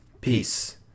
Peace